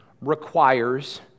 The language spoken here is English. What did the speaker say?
requires